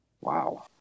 Wow